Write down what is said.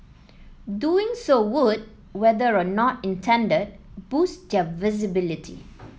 doing so would whether or not intended boost their visibility